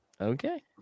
Okay